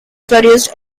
produced